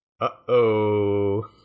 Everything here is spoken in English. Uh-oh